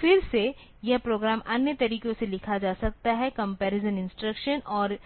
तो फिर से यह प्रोग्राम अन्य तरीकों से लिखा जा सकता है कंपरिसन इंस्ट्रक्शंस और